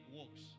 works